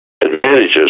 advantages